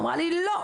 היא אמרה לי: לא,